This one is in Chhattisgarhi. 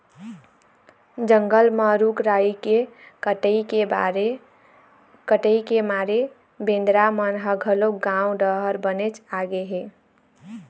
जंगल म रूख राई के कटई के मारे बेंदरा मन ह घलोक गाँव डहर बनेच आगे हे